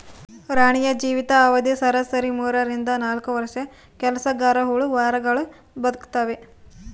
ರಾಣಿಯ ಜೀವಿತ ಅವಧಿ ಸರಾಸರಿ ಮೂರರಿಂದ ನಾಲ್ಕು ವರ್ಷ ಕೆಲಸಗರಹುಳು ವಾರಗಳು ಬದುಕ್ತಾವೆ